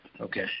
Okay